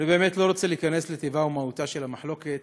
אני באמת לא רוצה להיכנס לטיבה ומהותה של המחלוקת